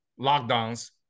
lockdowns